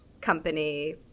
company